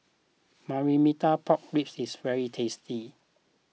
Marmite Pork Ribs is very tasty